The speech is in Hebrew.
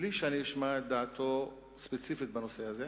בלי שאני אשמע את דעתו הספציפית בנושא הזה.